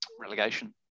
relegation